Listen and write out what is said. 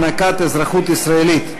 הענקת אזרחות ישראלית),